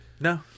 No